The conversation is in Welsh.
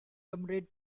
gymryd